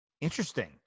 interesting